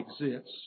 exists